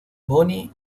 bonnie